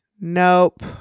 nope